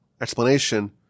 explanation